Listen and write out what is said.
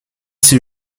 ses